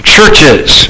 Churches